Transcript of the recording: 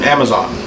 Amazon